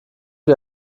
wie